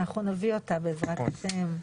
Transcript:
נביא אותה, בעזרת השם.